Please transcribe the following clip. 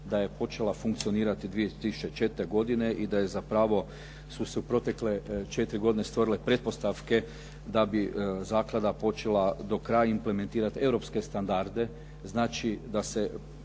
da je počela funkcionirati 2004. godine i da je zapravo su se u protekle 4 godine stvorile pretpostavke da bi zaklada počela do kraja implementirati europske standarde, znači da se